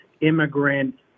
immigrant